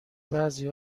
بعضی